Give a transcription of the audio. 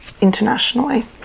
internationally